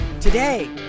Today